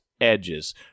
edges